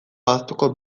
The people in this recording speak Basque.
ahaztuko